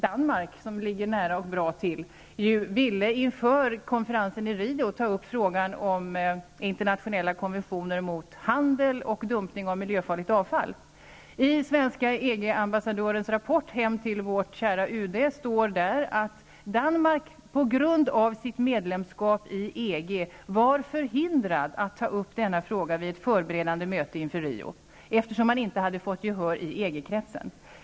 Danmark, som ligger nära och bra till, ville inför konferensen i Rio ta upp frågan om internationella konventioner mot handel med och dumpning av miljöfarligt avfall. I svenska EG ambassadörens rapport hem till vårt kära UD står att Danmark på grund av sitt medlemskap i EG var förhindrat att ta upp denna fråga vid ett förberedande möte inför konferensen i Rio, eftersom man inte hade fått gehör i EG-kretsen.